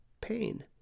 pain